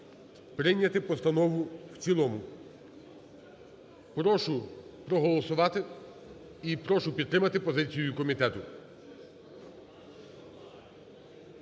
прийняти постанову в цілому. Прошу проголосувати і прошу підтримати позицію комітету.